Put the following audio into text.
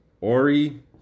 Ori